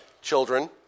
children